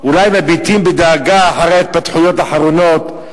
אולי מביטים בדאגה אחר ההתפתחויות האחרונות,